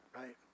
right